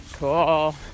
Cool